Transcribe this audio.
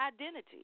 identity